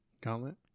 Gauntlet